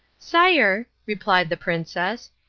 sire, replied the princess,